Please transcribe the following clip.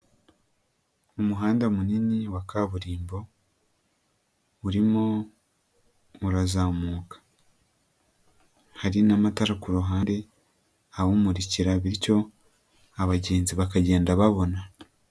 umuhanda munini wa kaburimbo urimo urazamuka, hari n'amatara ku ruhande awUmurikira bityo abagenzi bakagenda babona.